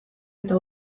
eta